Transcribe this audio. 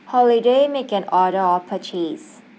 holiday make an order or purchase